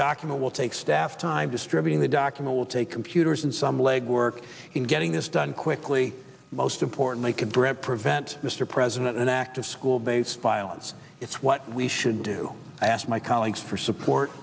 document will take staff time distributing the document will take computers and some legwork in getting this done quickly most importantly could brett prevent mr president an act of school based violence it's what we should do i ask my colleagues for support